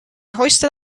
hoisted